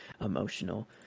emotional